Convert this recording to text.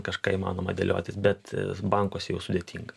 kažką įmanoma dėliotis bet bankus jau sudėtinga